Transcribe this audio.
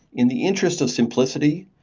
in the interest of simplicity,